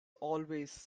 always